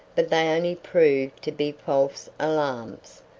but they only proved to be false alarms,